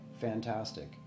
fantastic